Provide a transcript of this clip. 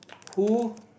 who